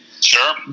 Sure